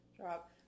drop